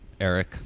Eric